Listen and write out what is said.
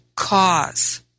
Cause